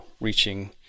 reaching